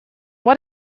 what